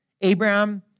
Abraham